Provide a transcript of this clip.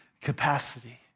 capacity